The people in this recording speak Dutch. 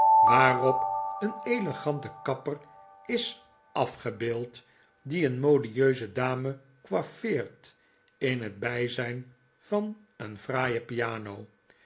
op een elegante kapper is afgebeeld die een modieuse dame coiffeert in het bijzijn van een fraaie piano